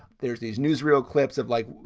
there's these newsreel clips of like,